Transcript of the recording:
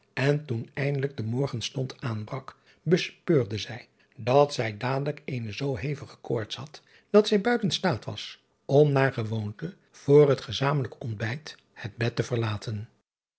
en toen eindelijk de morgenstond aanbrak bespeurde zij dat zij dadelijk eene zoo hevige koorts had dat zij buiten staat was om naar gewoonte voor het gezamenlijk ontbijt het bed te verlaten